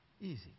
Easy